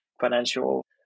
financial